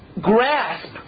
grasp